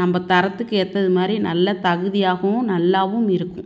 நம்ம தரத்துக்கு ஏற்றது மாதிரி நல்ல தகுதியாகவும் நல்லாவும் இருக்கும்